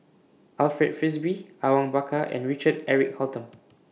Alfred Frisby Awang Bakar and Richard Eric Holttum